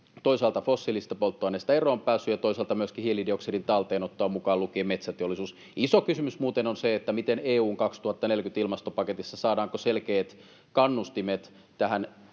toisaalta fossiilisista polttoaineista eroonpääsyä ja toisaalta myöskin hiilidioksidin talteenottoa, mukaan lukien metsäteollisuus. Iso kysymys muuten on se, saadaanko EU:n vuoden 2040 ilmastopaketissa selkeät kannustimet tähän